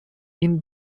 این